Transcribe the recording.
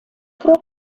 про